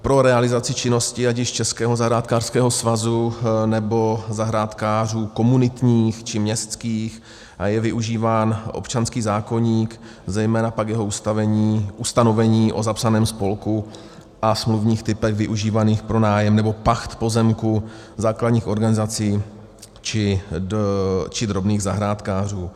Pro realizaci činnosti ať již Českého zahrádkářského svazu, nebo zahrádkářů komunitních či městských je využíván občanský zákoník, zejména pak jeho ustanovení o zapsaném spolku a smluvních typech využívaných pro nájem nebo pacht pozemku základních organizací či drobných zahrádkářů.